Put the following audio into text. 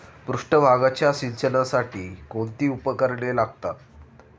पृष्ठभागाच्या सिंचनासाठी कोणती उपकरणे लागतात?